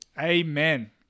Amen